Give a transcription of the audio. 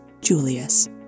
Julius